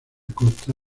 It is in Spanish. costa